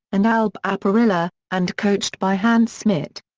and ah albe aparilla, and coached by hans smit.